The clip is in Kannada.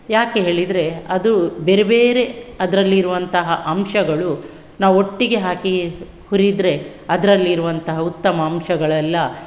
ಯಾಕೆ ಹೇಳಿದರೆ ಅದು ಬೇರೆ ಬೇರೆ ಅದರಲ್ಲಿರುವಂತಹ ಅಂಶಗಳು ನಾವು ಒಟ್ಟಿಗೆ ಹಾಕಿ ಹುರಿದರೆ ಅದರಲ್ಲಿರುವಂಥ ಉತ್ತಮ ಅಂಶಗಳೆಲ್ಲ